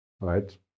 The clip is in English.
right